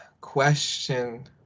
question